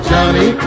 Johnny